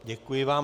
Děkuji vám.